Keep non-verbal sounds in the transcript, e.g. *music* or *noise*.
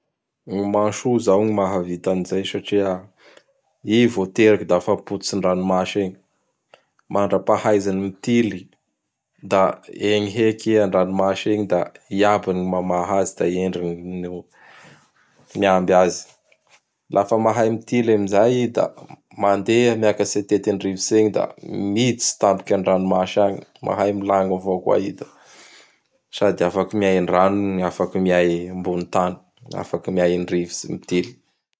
Gny Menchou izao ny mahavita an'izay satria i vao teraky da fa apototsy gny ranomasy egn. Mandrapahaizany mitily da egny heky i andranomasy egny da Iabany gn mamaha azy da i Endriny gn no miamby azy. *noise* Lafa mahay mitily amin zay i da mandeha miakatsy atety andrivotsy egny. Lafa mahay mitily amin'izay i da miditsy tampoky andranomasy agny, mahay milagno avao koa i *noise* da sady afaky miay andrano no miay ambony tany, da afaky miay andrivotsy mitily *noise*